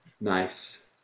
nice